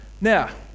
Now